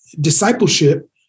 discipleship